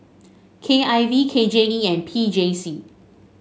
K I V K J E and P J C